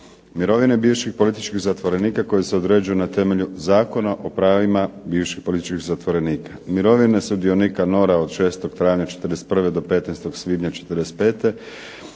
Mirovine bivših političkih zatvorenika koji se određuju na temelju Zakona o pravima bivših političkih zatvorenika. Mirovine sudionika NOR-a od 6. travnja '41.